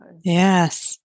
yes